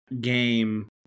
game